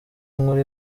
inkuru